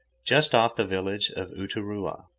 just off the village of uturoa.